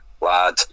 lad